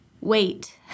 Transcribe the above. Wait